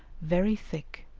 very thick,